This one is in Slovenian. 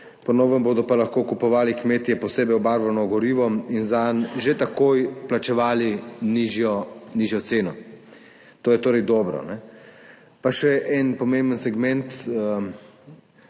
po novem bodo pa lahko kupovali kmetje posebej obarvano gorivo in zanj že takoj plačevali nižjo ceno. To je torej dobro. Pa še en pomemben segment.